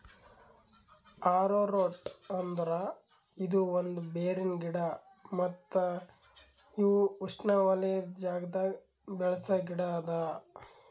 arrowroot ಅಂದುರ್ ಇದು ಒಂದ್ ಬೇರಿನ ಗಿಡ ಮತ್ತ ಇವು ಉಷ್ಣೆವಲಯದ್ ಜಾಗದಾಗ್ ಬೆಳಸ ಗಿಡ ಅದಾ